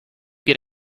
get